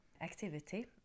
activity